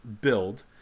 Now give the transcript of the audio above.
build